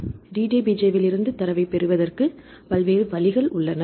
எனவே DDBJவிலிருந்து தரவைப் பெறுவதற்கு பல்வேறு வழிகள் உள்ளன